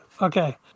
okay